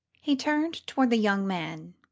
he turned toward the young man.